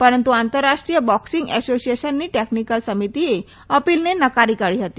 પરંતુ આંતરરાષ્ટ્રીય બોક્સીંગ એસોસીએશનની ટેકનીકલ સમિતિએ અપીલને નકારી કાઢી હતી